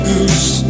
Goose